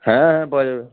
হ্যাঁ পাওয়া যাবে